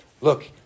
Look